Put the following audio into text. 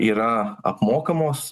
yra apmokamos